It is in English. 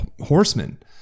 horsemen